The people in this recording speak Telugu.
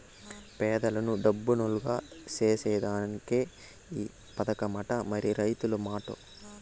పేదలను డబ్బునోల్లుగ సేసేదానికే ఈ పదకమట, మరి రైతుల మాటో